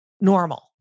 normal